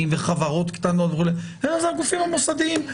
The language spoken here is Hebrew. וחברות קטנות וכולי אלא זה הגופים המוסדיים.